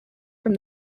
from